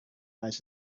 eyes